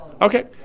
Okay